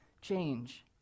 change